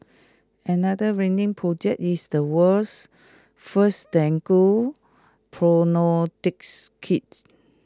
another winning project is the world's first dengue kits